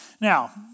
Now